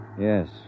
Yes